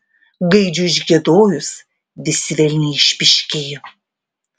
gaidžiui užgiedojus visi velniai išpyškėjo